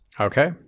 Okay